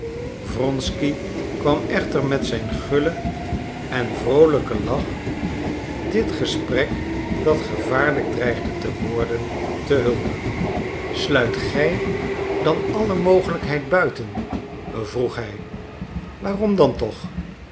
wronsky kwam echter met zijn gullen en vroolijken lach dit gesprek dat gevaarlijk dreigde te worden te hulp sluit gij dan alle mogelijkheid buiten vroeg hij waarom dan toch